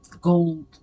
gold